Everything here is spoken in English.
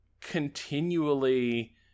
continually